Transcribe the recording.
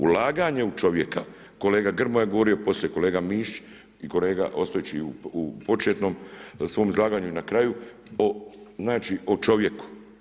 Ulaganje u čovjeka, kolega Grmoja je govorio, poslije kolega Mišić i kolega Ostojić i u početnom, na svom izlaganju na kraju, znači o čovjeku.